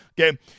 Okay